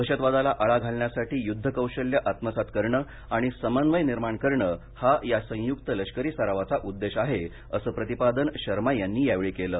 दहशतवादाला आळा घालण्यासाठी युद्ध कौशल्य आत्मसात करणं आणि समन्वय निर्माण करण हा या संयुक्त लष्करी सरावाचा उद्देश आहे असं प्रतिपादन शर्मा यांनी यावेळी केलं